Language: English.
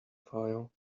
file